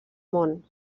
món